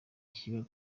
kiba